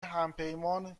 همپیمان